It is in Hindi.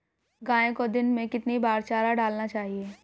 गाय को दिन में कितनी बार चारा डालना चाहिए?